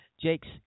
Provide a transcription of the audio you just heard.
jakes